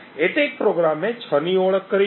attack પ્રોગ્રામેં 6 ની ઓળખ કરી છે